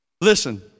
Listen